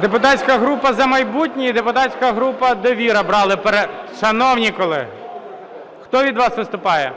Депутатська група "За майбутнє" і депутатська група "Довіра" брали перерву. Шановні колеги! Хто від вас виступає?